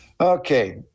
Okay